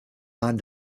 waren